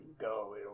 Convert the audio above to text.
go